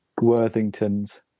Worthingtons